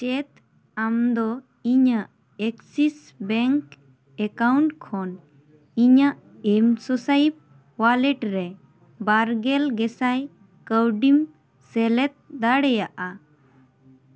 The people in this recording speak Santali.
ᱪᱮᱫ ᱟᱢᱫᱚ ᱤᱧᱟᱹᱜ ᱮᱠᱥᱤᱥ ᱵᱮᱝᱠ ᱮᱠᱟᱣᱩᱱᱴ ᱠᱷᱚᱱ ᱤᱧᱟᱹᱜ ᱮᱢᱥᱳᱥᱟᱭᱤᱯ ᱳᱣᱟᱞᱮᱴ ᱨᱮ ᱵᱟᱨᱜᱮᱞ ᱜᱮᱥᱟᱭ ᱠᱟᱹᱣᱰᱤᱢ ᱥᱮᱞᱮᱫ ᱫᱟᱲᱮᱭᱟᱜᱼᱟ